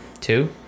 Two